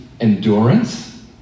endurance